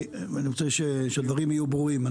אני רוצה שהדברים יהיו ברורים.